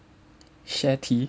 Share Tea